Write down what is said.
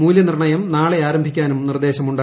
മൂല്യനീർണ്ണയം നാളെ ആരംഭിക്കാനും നിർദ്ദേശമുണ്ട്